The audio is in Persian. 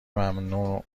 ممنوع